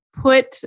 put